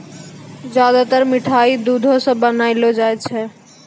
ज्यादातर मिठाय दुधो सॅ बनौलो जाय छै